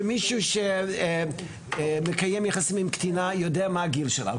שמישהו שמקיים יחסים עם קטינה יודע מה הגיל שלה.